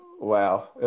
Wow